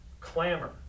clamor